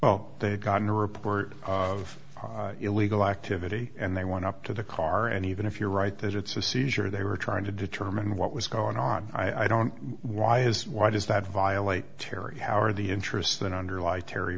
oh they've gotten a report of illegal activity and they want up to the car and even if you're right that it's a seizure they were trying to determine what was going on i don't why is why does that violate terri how are the interests that underlie terr